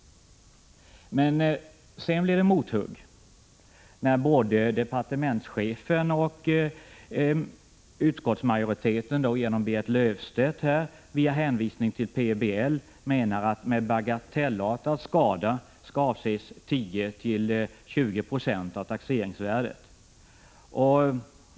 Men sedan blir det mothugg när både departementschefen och utskottsmajoriteten genom Berit Löfstedt via hänvisning till PBL menar att med bagatellartat skall avses 10-20 96 av taxeringsvärdet.